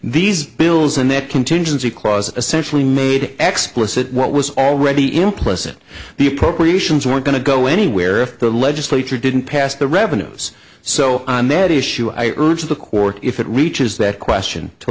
these bills and that contingency clause essentially made exquisite what was already implicit the appropriations were going to go anywhere if the legislature didn't pass the revenues so on that issue i urge the court if it reaches that question to